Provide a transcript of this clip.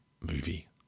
movie